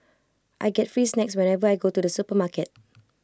I get free snacks whenever I go to the supermarket